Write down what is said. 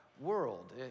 world